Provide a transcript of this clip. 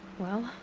well.